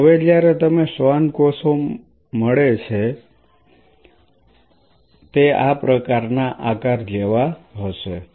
તેથી હવે જયારે તમને શ્વાન કોષો મળે છે તે આ પ્રકારના આકાર જેવા હશે